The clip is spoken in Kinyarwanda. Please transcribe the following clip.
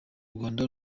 rwanda